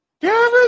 Kevin